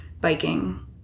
biking